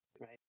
right